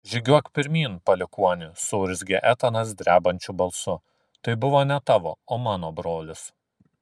žygiuok pirmyn palikuoni suurzgė etanas drebančiu balsu tai buvo ne tavo o mano brolis